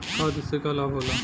खाद्य से का लाभ होला?